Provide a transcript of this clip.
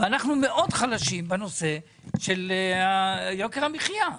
ואנחנו מאוד חלשים בנושא של יוקר המחיה.